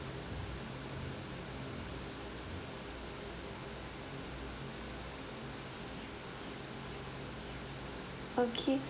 okay